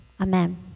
Amen